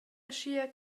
aschia